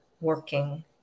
working